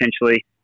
potentially